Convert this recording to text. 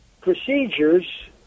procedures